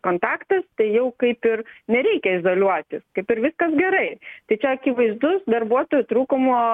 kontaktas tai jau kaip ir nereikia izoliuotis kaip ir viskas gerai tai čia akivaizdus darbuotojų trūkumo